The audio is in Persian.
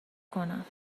کنم